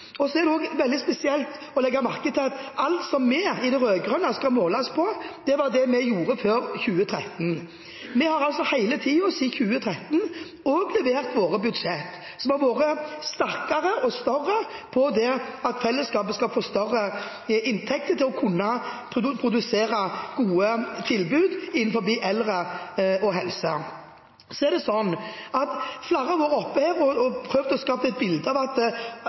i de rød-grønne partiene skal måles på, var det vi gjorde før 2013. Vi har hele tiden, siden 2013, også levert våre budsjetter, som har vært sterkere og større med tanke på at fellesskapet skal få større inntekter til å kunne produsere gode tilbud innenfor eldre- og helsesektoren. Flere har vært oppe her og prøvd å skape et bilde av at